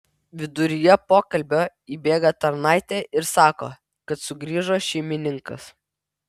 viduryje pokalbio įbėga tarnaitė ir sako kad sugrįžo šeimininkas